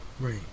Right